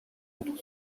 autres